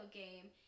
game